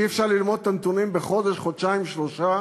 אי-אפשר ללמוד את הנתונים בחודש, חודשיים, שלושה,